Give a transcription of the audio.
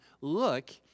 look